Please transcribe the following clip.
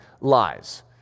lies